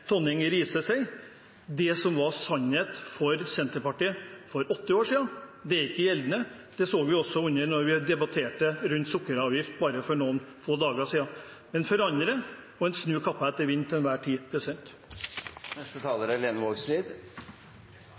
Tonning Riise sier om at det som var sannhet for Senterpartiet for åtte år siden, ikke gjelder nå. Det så vi også da vi debatterte sukkeravgift for bare noen få dager siden. En forandrer, og en snur kappen etter vinden til enhver tid. Det er